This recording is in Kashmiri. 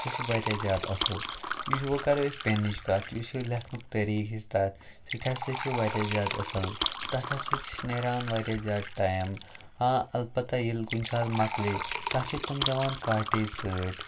سُہ چھِ واریاہ زیادٕ اَصٕل یُس وۄنۍ کَرو أسۍ پٮ۪نِچ کَتھ یُس یہِ لٮ۪کھنُک طٔریٖقہٕ چھِ تَتھ سُہ تہِ ہَسا چھِ واریاہ زیادٕ اَصٕل تَتھ ہَسا چھِ نیران واریاہ زیادٕ ٹایم آ اَلبتہ ییٚلہِ کُنہِ ساتہٕ مۄکلے تَتھ چھِ تِم دِوان کاٹیج سۭتۍ